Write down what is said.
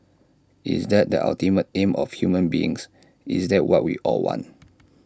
is that the ultimate aim of human beings is that what we all want